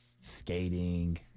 skating